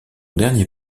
dernier